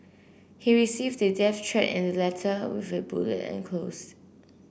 he received a death threat in the letter with a bullet enclosed